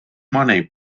money